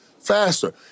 faster